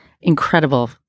incredible